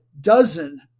dozen